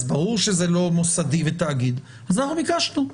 אז ברור שזה לא מוסדי ותאגיד ולכן אנחנו ביקשנו,